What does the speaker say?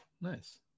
nice